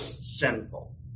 sinful